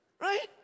right